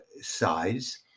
size